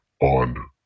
on